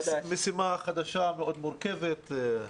המשימה החדשה, המאוד מורכבת.